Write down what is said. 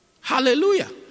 Hallelujah